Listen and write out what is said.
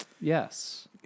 Yes